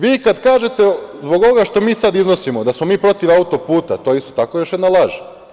Vi kada kažete zbog ovoga što mi sada iznosimo da smo mi protiv autoputa, to je isto tako još jedna laž.